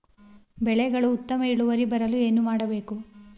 ಬೆಳೆಗಳ ಉತ್ತಮ ಇಳುವರಿ ಬರಲು ಏನು ಮಾಡಬೇಕು?